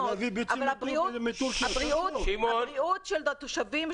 אבל הבריאות של התושבים,